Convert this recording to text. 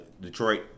Detroit